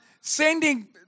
sending